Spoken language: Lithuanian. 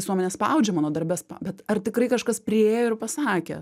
visuomenė spaudžia mano darbe bet ar tikrai kažkas priėjo ir pasakė